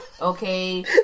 Okay